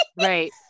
right